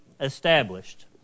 established